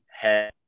hey